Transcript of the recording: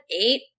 eight